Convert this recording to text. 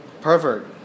pervert